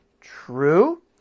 True